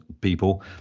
people